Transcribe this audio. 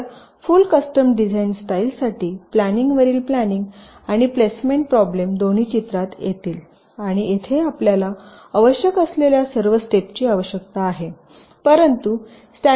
तर full custom design स्टाईलसाठी प्लॅनिंगवरील प्लॅनिंग आणि प्लेसमेंट प्रोब्लम दोन्ही चित्रात येतील आणि येथे आपल्याला आवश्यक असलेल्या सर्व स्टेपची आवश्यकता आहे